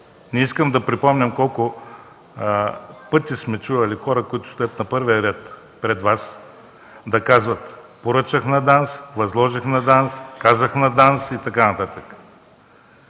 Не искам да припомням колко пъти сме чували хора, които стоят на първия ред пред Вас да казват: „Поръчах на ДАНС”, „Възложих на ДАНС”, „Казах на ДАНС” и така нататък.